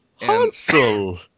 Hansel